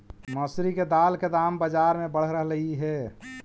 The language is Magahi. मसूरी के दाल के दाम बजार में बढ़ रहलई हे